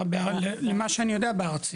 ממה שאני יודע בארצי.